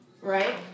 Right